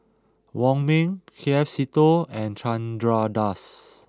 Wong Ming K F Seetoh and Chandra Das